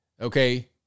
Okay